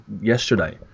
yesterday